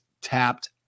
tapped